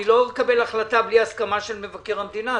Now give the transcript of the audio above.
אני לא מקבל החלטה בלי הסכמה של מבקר המדינה.